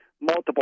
multiple